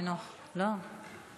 חינוך, לא?